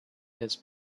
his